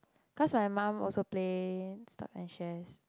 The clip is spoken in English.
cause my mum also play stocks and shares